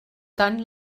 tant